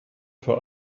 für